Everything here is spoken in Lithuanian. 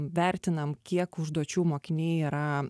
vertinam kiek užduočių mokiniai yra